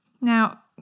Now